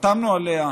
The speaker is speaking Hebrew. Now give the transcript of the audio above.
חתמנו עליה,